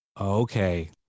okay